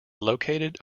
located